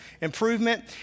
improvement